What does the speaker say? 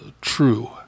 true